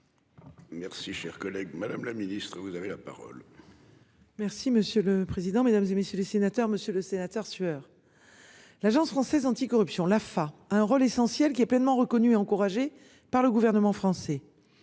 Merci cher collègue. Madame la Ministre, vous avez la parole. Merci monsieur le président, Mesdames, et messieurs les sénateurs, Monsieur le Sénateur sueur. L'Agence française anticorruption, l'AFA, un rôle essentiel qui est pleinement reconnu et encouragé par le gouvernement français.